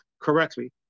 correctly